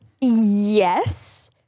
Yes